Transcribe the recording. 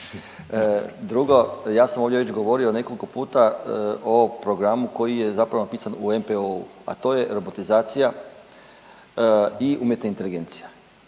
Drugo, ja sam ovdje izgovorio nekoliko puta o ovom programu koji je zapravo napisan u NPO-u, a to je robotizacija i umjetna inteligencija.